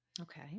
Okay